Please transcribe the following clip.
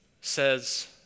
says